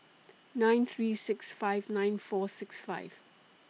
nine three six five nine four six five